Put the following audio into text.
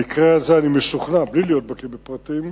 המקרה הזה, אני משוכנע, בלי להיות בקי בפרטים,